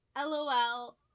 lol